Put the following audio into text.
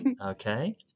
okay